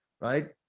Right